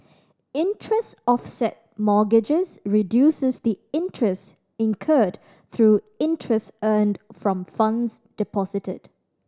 interest offset mortgages reduces the interest incurred through interest earned from funds deposited